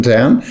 Town